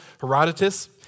Herodotus